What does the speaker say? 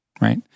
right